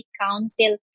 Council